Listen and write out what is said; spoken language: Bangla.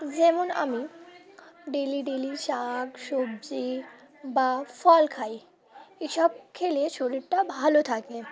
যেমন আমি ডেলি ডেলি শাক সবজি বা ফল খাই এসব খেলে শরীরটা ভালো থাকে